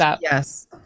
Yes